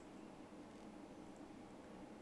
I don't think it can get any worse [right]